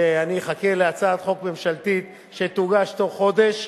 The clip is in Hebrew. שאחכה להצעת חוק ממשלתית שתוגש בתוך חודש,